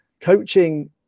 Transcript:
coaching